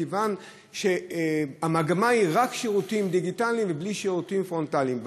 מכיוון שהמגמה היא רק שירותים דיגיטליים ובלי שירותים פרונטליים.